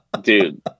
dude